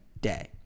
day